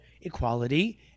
equality